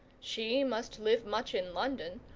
she must live much in london,